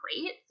great